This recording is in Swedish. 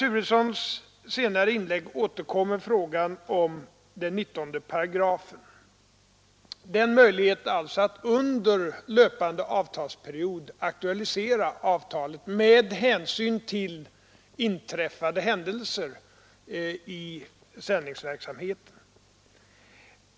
I sitt senaste inlägg återkom herr Turesson till frågan om avtalets 19 §, alltså till möjligheten att under löpande avtalsperiod aktualisera avtalet med hänsyn till inträffade händelser i sändningsverksamheten.